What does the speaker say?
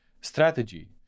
strategy